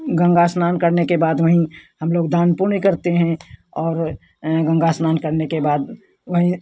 गंगा स्नान करने के बाद में ही हम लोग दान पुण्य करते हैं और गंगा स्नान करने के बाद वहीं